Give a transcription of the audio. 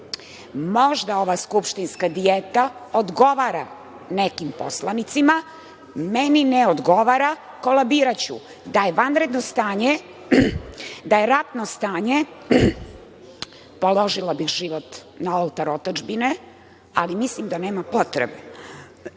Možda ova skupštinska dijeta odgovara nekim poslanicima, meni ne odgovara, kolabiraću. Da je vanredno stanje, da je ratno stanje, položila bih život na oltar otadžbine, ali mislim da nema potrebe.